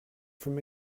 from